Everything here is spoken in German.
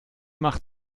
macht